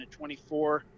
24